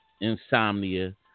insomnia